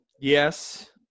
Yes